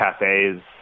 cafes